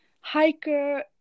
hiker